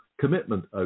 commitment